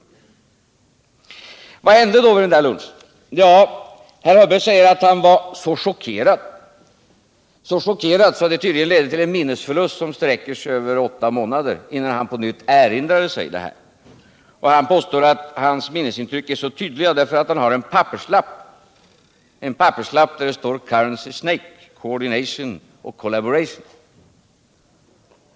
Vad hände då vid den där lunchen? Herr Hörberg säger att han var chockad —så chockad tydligen, att det ledde till en minnesförlust som sträckte sig över åtta månader, innan han på nytt erinrade sig detta. Han påstår att hans minnesintryck nu är så tydliga, därför att han har en papperslapp där det står ”currency snake”, ”coordination” och ”collaboration”.